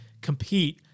compete